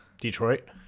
Detroit